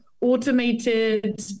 automated